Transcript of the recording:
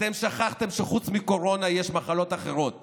אתם שכחתם שחוץ מקורונה יש מחלות אחרות